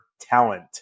talent